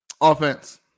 Offense